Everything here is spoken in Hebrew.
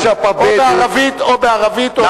או בערבית או בעברית.